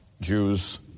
Jews